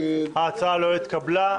ההצעה לא התקבלה.